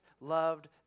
loved